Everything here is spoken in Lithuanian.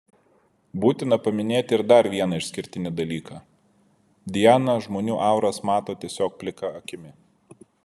būtina paminėti ir dar vieną išskirtinį dalyką diana žmonių auras mato tiesiog plika akimi